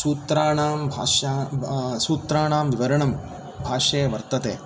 सूत्राणां सूत्राणां विवरणं भाष्ये वर्तते